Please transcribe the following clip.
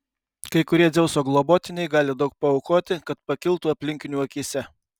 kai kurie dzeuso globotiniai gali daug paaukoti kad pakiltų aplinkinių akyse